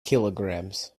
kilograms